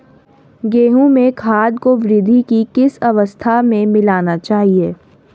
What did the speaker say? गेहूँ में खाद को वृद्धि की किस अवस्था में मिलाना चाहिए?